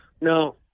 no